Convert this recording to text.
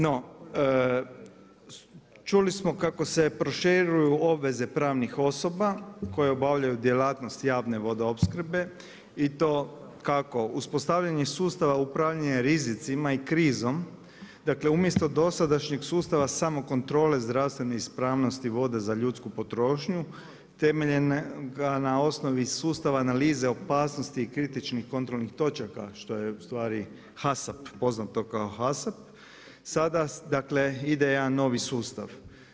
No čuli smo kako se proširuju obveze pravnih osoba koje obavljaju djelatnost javne vodoopskrbe i to kako uspostavljanjem sustava upravljanja rizicima i krizom, dakle umjesto dosadašnjeg sustava samokontrole zdravstvene ispravnosti vode za ljudsku potrošnju temeljenog na osnovi sustava analize opasnosti kritičnih kontrolnih točaka što je ustvari HASAP poznato kao HASAP sada ide jedan novi sustav.